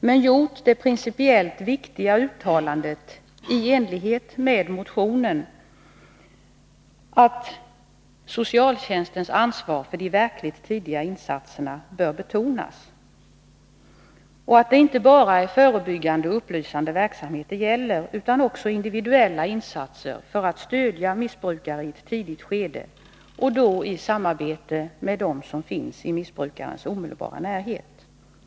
Man har gjort det principiellt viktiga uttalandet, i enlighet med motionen, att socialtjänstens ansvar för de verkligt tidiga insatserna bör betonas och att det inte bara gäller förebyggande och upplysande verksamhet utan också individuella insatser för att stödja missbrukare i ett tidigt skede. Det skall ske i samarbete med dem som finns i missbrukarens omedelbara närhet.